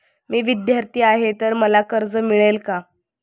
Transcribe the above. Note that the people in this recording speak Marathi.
मी विद्यार्थी आहे तर मला कर्ज मिळेल का?